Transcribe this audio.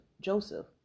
Joseph